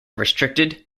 restricted